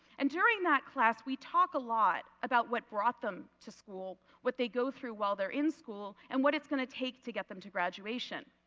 and during that class we talk a lot about what brought them to school, what they go through while they are in school and what it is going to take to get them to graduation.